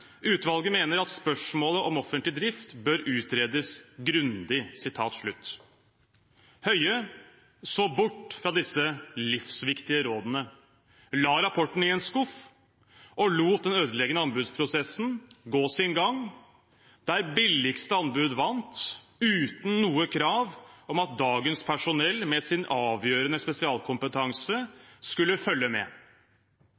Utvalget mener at spørsmålet om offentlig drift bør utredes grundig.» Høie så bort fra disse livsviktige rådene, la rapporten i en skuff og lot den ødeleggende anbudsprosessen gå sin gang, der billigste anbud vant, uten noe krav om at dagens personell, med sin avgjørende spesialkompetanse,